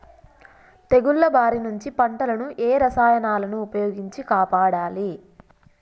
తెగుళ్ల బారి నుంచి పంటలను ఏ రసాయనాలను ఉపయోగించి కాపాడాలి?